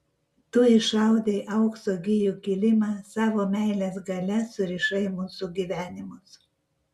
tu išaudei aukso gijų kilimą savo meilės galia surišai mūsų gyvenimus